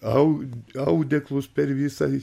au audeklus per visą